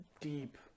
deep